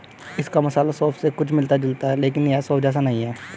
इसका मसाला सौंफ से कुछ मिलता जुलता है लेकिन यह सौंफ जैसा नहीं है